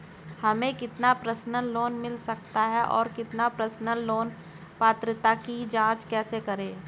हमें कितना personal loan मिल सकता है और पर्सनल लोन पात्रता की जांच कैसे करें?